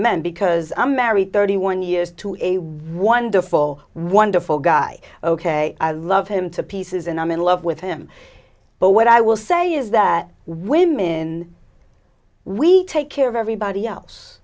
men because i'm married thirty one years to a wonderful wonderful guy ok i love him to pieces and i'm in love with him but what i will say is that women we take care of everybody else